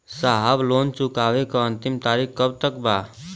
साहब लोन चुकावे क अंतिम तारीख कब तक बा?